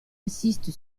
insiste